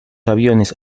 aviones